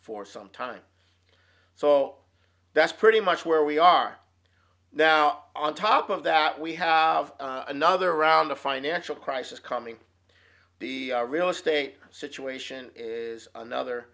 for some time so that's pretty much where we are now on top of that we have another round of financial crisis coming the real estate situation is another